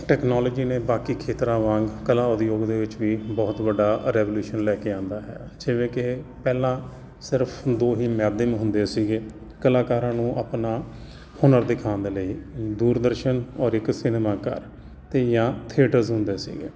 technology ਨੇ ਬਾਕੀ ਖੇਤਰਾਂ ਵਾਂਗ ਕਲਾ ਉਦਯੋਗ ਦੇ ਵਿੱਚ ਵੀ ਬਹੁਤ ਵੱਡਾ ਰੈਵੋਲਊਸ਼ਨ ਲੈ ਕੇ ਆਂਦਾ ਹੈ ਜਿਵੇਂ ਕਿ ਪਹਿਲਾਂ ਸਿਰਫ਼ ਦੋ ਹੀ ਮਾਧਿਅਮ ਹੁੰਦੇ ਸੀਗੇ ਕਲਾਕਾਰਾਂ ਨੂੰ ਆਪਣਾ ਹੁਨਰ ਦਿਖਾਉਣ ਦੇ ਲਈ ਦੂਰਦਰਸ਼ਨ ਔਰ ਇੱਕ ਸਿਨੇਮਾਘਰ ਅਤੇ ਜਾਂ ਥੀਏਟਰਸ ਹੁੰਦੇ ਸੀਗੇ